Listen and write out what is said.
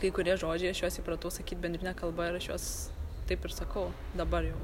kai kurie žodžiai aš juos įpratau sakyt bendrine kalba ir aš juos taip ir sakau dabar jau